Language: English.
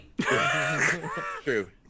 true